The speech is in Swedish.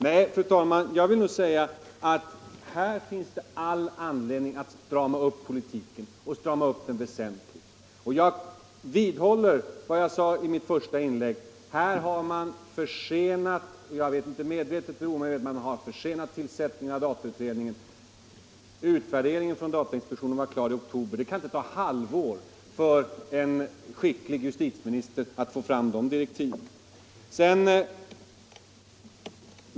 Nej, jag vill nog säga att här finns det all anledning att strama upp politiken väsentligt. Jag vidhåller vad jag sade i mitt första inlägg: Här har man försenat, medvetet eller omedvetet, tillsättandet av datautredningen. Utvärderingen från datainspektionen var klar i oktober förra året. Det kan inte ta ett halvår för en skicklig justitieminister att få fram de direktiven.